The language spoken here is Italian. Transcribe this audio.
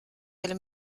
del